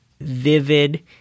vivid